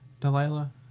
Delilah